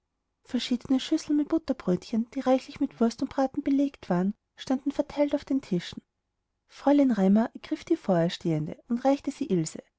verschiedene schüsseln mit butterbrötchen die reichlich mit wurst und braten belegt waren standen verteilt auf den tischen fräulein raimar ergriff die vor ihr stehende und reichte sie ilse